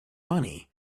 money